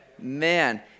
man